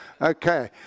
Okay